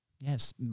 Yes